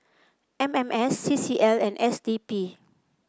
M M S C C L and S D P